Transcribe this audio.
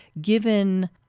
given